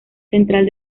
central